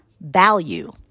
value